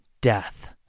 death